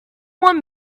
want